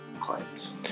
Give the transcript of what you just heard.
clients